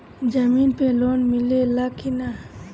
जमीन पे लोन मिले ला की ना?